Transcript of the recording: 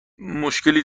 مشکلی